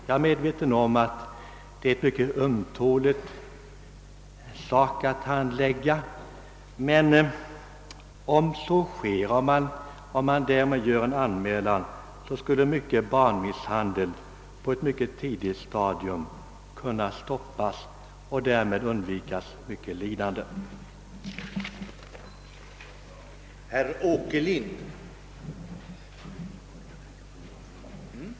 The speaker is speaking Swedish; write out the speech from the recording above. Jag är medveten om att det är ett mycket ömtåligt problem. Om man gör en anmälan, skulle dock mycken barnmisshandel på ett tidigt stadium kunna stoppas och därmed mycket lidande undvikas.